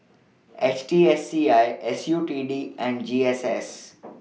H T S C I S U T D and G S S